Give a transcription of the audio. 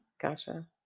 Gotcha